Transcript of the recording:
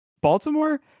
Baltimore